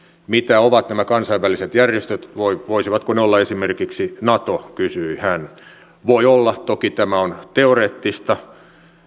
mitä ovat nämä kansainväliset järjestöt voisivatko ne olla esimerkiksi nato kysyi hän voi olla toki tämä on teoreettista